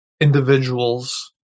individuals